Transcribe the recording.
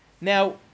Now